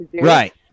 Right